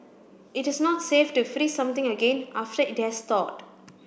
it is not safe to freeze something again after it has thawed